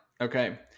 Okay